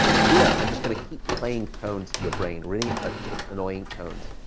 here, i'm just going to keep playing tones to your brain, really sort of annoying tones.